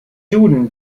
duden